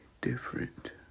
different